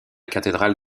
cathédrale